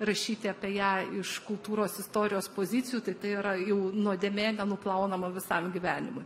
rašyti apie ją iš kultūros istorijos pozicijų tai tai yra jau nuodėmė nenuplaunama visam gyvenimui